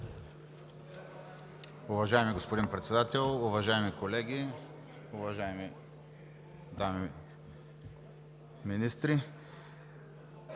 Уважаеми господин Председател, уважаеми колеги, уважаеми дами министри!